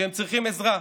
שהם צריכים עזרה.